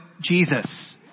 Jesus